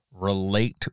Relate